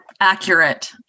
accurate